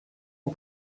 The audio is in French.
ans